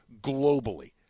globally